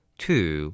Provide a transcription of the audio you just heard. two